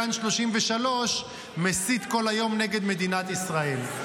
מכאן 33, מסית כל היום נגד מדינת ישראל.